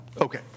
Okay